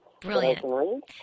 Brilliant